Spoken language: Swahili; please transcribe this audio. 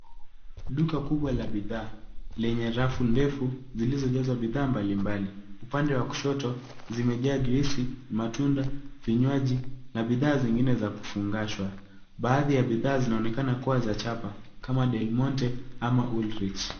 Duka kubwa la bidhaa lenye rafu ndefu zilizo jazwa bidhaa mbali mbali. Upande wa kushoto, zimejaa juisi, matunda, vinywaji na bidhaa zingine za kufungashwa. Baadhi ya bidhaa zinaonekana kuwa za chapa kama delmonte ama old rich .